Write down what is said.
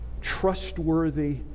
trustworthy